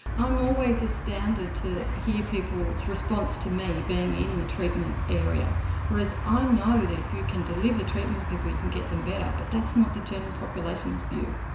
i'm always astounded to hear people's response to me being in the treatment area whereas i know that if you can deliver treatment to people you can get them better but that's not the general population's view.